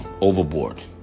overboard